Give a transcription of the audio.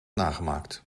nagemaakt